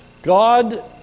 God